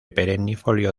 perennifolio